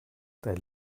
dein